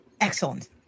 Excellent